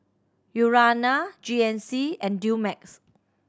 Urana G N C and Dumex